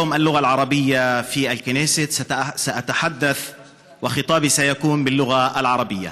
לרגל יום השפה הערבית בכנסת אשא את נאומי בשפה הערבית.